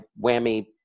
whammy